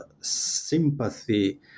sympathy